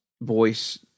voice